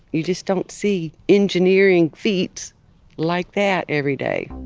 you just don't see engineering feats like that every day.